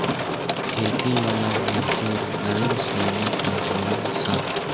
खेती वाला मजदूर गरीब श्रेणी के होलन सन